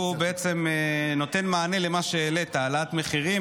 שהוא בעצם נותן מענה למה שהעלית, העלאת מחירים.